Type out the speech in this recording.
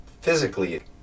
physically